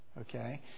Okay